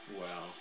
wow